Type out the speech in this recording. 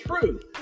truth